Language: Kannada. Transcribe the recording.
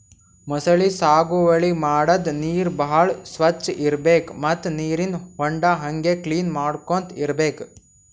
ಮೊಸಳಿ ಸಾಗುವಳಿ ಮಾಡದ್ದ್ ನೀರ್ ಭಾಳ್ ಸ್ವಚ್ಚ್ ಇರ್ಬೆಕ್ ಮತ್ತ್ ನೀರಿನ್ ಹೊಂಡಾ ಹಂಗೆ ಕ್ಲೀನ್ ಮಾಡ್ಕೊತ್ ಇರ್ಬೆಕ್